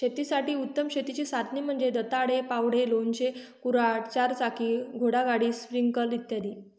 शेतासाठी उत्तम शेतीची साधने म्हणजे दंताळे, फावडे, लोणचे, कुऱ्हाड, चारचाकी घोडागाडी, स्प्रिंकलर इ